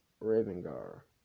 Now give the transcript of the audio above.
Ravengar